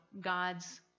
God's